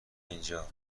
اینجا